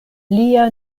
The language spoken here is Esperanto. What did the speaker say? lia